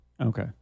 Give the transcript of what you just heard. Okay